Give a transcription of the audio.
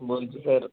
বলছি স্যার